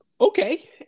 okay